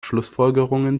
schlussfolgerungen